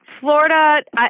Florida